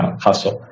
hustle